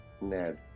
Ned